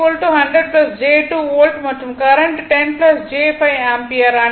V 100 j 2 volt மற்றும் current 10 j 5 ampere